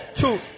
two